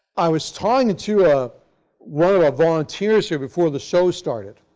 i was talking to ah one of our volunteers here before the show started,